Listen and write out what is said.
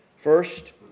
First